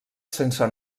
sense